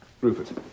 Rupert